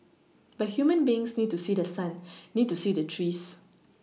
but human beings need to see the sun need to see the trees